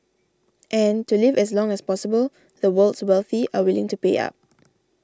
and to live as long as possible the world's wealthy are willing to pay up